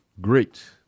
great